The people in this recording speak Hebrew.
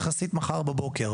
יחסית מחר בבוקר.